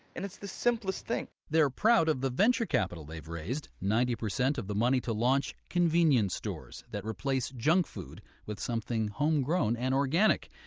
and it's the simplest thing! they're proud of the venture capital they've raised, ninety percent of the money to launch convenience stores that replace junk food with something homegrown and organic.